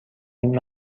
این